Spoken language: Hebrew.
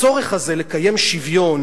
הצורך הזה לקיים שוויון